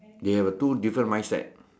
they have two different mindset